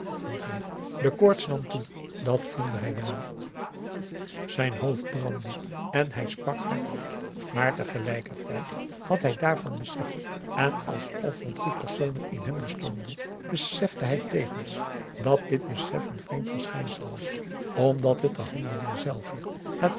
vond hij de koorts nam toe dat voelde hij wel zijn hoofd brandde en hij sprak hardop maar tegelijkertijd had hij daarvan besef en alsof er drie personen in hem bestonden besefte hij tevens dat dit besef een vreemd verschijnsel was omdat het de handeling zelve het